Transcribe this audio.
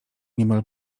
niemal